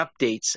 updates